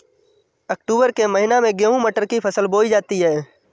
अक्टूबर के महीना में गेहूँ मटर की फसल बोई जाती है